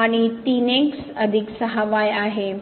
आणि 3 x अधिक 6 y आहे